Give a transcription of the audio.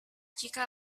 jika